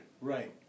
Right